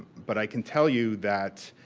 but, i can tell you that